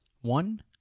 one